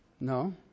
No